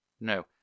No